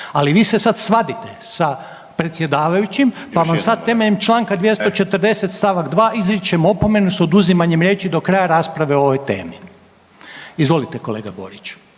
Ali, vi se sad svadite sa predsjedavajućim pa vam sad temeljem čl. 240. st. 2 izričem opomenu s oduzimanjem riječi do kraja rasprave o ovoj temi. Izvolite kolega Borić.